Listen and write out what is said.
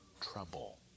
trouble